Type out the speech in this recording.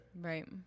Right